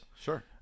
Sure